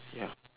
ya